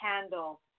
handle